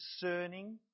discerning